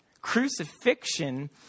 Crucifixion